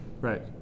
Right